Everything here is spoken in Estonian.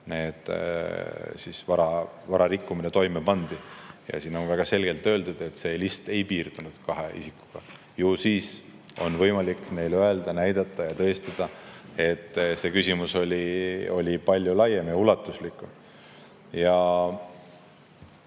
vara suhtes rikkumine toime pandi. Siin on väga selgelt öeldud, et see list ei piirdunud kahe isikuga. Ju siis on neil võimalik öelda, näidata ja tõestada, et see küsimus oli palju laiem ja ulatuslikum.